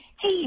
Hey